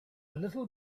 little